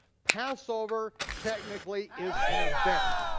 passover, technically, is an event.